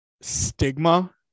stigma